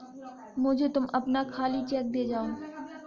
मुझे तुम अपना खाली चेक दे जाओ